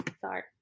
Sorry